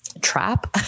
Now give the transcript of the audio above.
trap